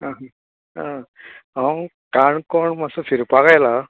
आं हांव काणकोण मात्सो फिरपाक आयलां